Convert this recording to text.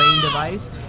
device